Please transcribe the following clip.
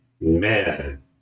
man